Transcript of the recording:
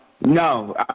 No